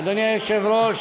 אדוני היושב-ראש,